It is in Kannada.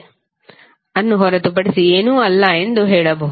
ಅನ್ನು ಹೊರತುಪಡಿಸಿ ಏನೂ ಅಲ್ಲ ಎಂದು ಹೇಳಬಹುದು